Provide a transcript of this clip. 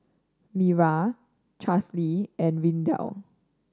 Miriah Charlsie and Lydell